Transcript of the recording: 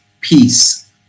peace